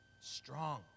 strong